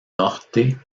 norte